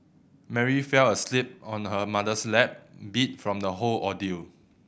Mary fell asleep on her mother's lap beat from the whole ordeal